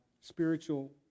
spiritual